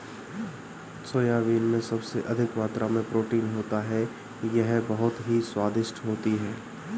soybean में सबसे अधिक मात्रा में प्रोटीन होता है यह बहुत ही स्वादिष्ट होती हैं